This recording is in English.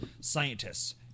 scientists